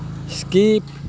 skip